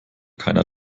keiner